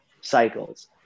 cycles